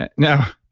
and now,